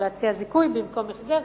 או להציע זיכוי במקום החזר,